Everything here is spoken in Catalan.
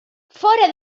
fora